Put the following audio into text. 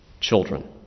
children